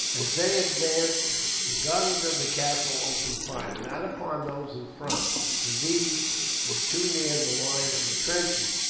as they advanced the guns of the castle opened fire, not upon those in front, for these were too near the line of entrenchment,